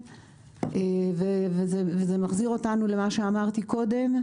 זה מחזיר אותנו למה שאמרתי קודם,